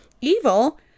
evil